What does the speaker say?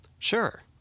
Sure